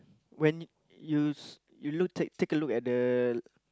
when use you look take take a look at the